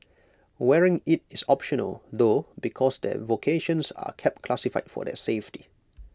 wearing IT is optional though because their vocations are kept classified for their safety